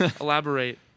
Elaborate